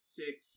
six